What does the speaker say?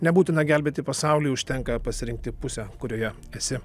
nebūtina gelbėti pasaulį užtenka pasirinkti pusę kurioje esi